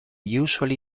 usually